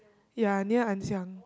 ya near Ann-Siang